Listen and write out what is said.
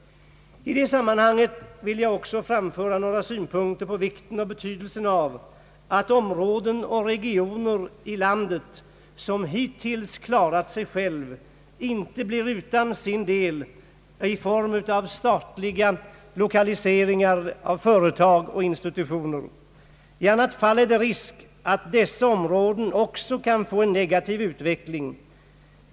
I det sammanhanget vill jag framföra några synpunkter på vikten och betydelsen av att områden och regioner i landet, som hittills klarat sig själva, inte blir utan sin del av statliga lokaliseringar av företag och institutioner. I annat fall finns risk att dessa områden kan få en negativ utveckling.